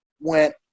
went